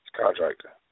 Contractor